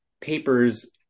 papers